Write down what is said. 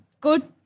good